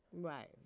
Right